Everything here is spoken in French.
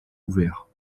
ouverts